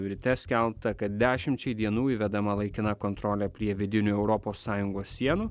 ryte skelbta kad dešimčiai dienų įvedama laikina kontrolė prie vidinių europos sąjungos sienų